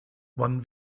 wann